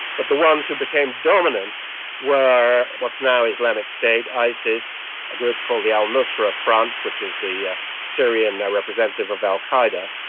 but the ones who became dominant were what's now islamic state, isis, a group called the al-nusra front which is the ah syrian representative of al qaeda,